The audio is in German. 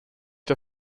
der